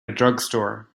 drugstore